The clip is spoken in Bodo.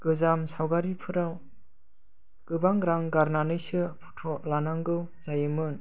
गोजाम सावगारिफोराव गोबां रां गारनानैसो फट' लानांगौ जायोमोन